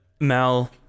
Mal